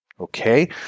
Okay